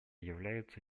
являются